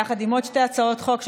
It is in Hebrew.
יחד עם עוד שתי הצעות חוק,